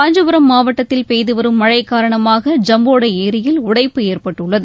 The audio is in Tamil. காஞ்சிபுரம் மாவட்டத்தில் பெய்து வரும் மழை காரணமாக ஜம்போடை ஏரியில் உடைப்பு ஏற்பட்டுள்ளது